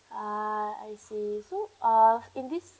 ah I see so uh in this